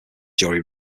jury